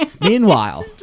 Meanwhile